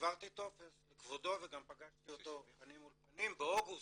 העברתי טופס לכבודו וגם פגשתי אותו פנים אל מול פנים באוגוסט.